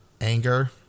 anger